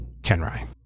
Kenry